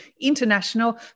International